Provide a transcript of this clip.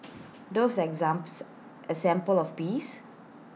doves are A symbol of peace